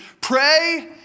pray